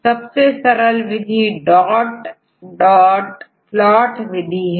सबसे सरल विधि डॉट डॉट प्लॉट विधि है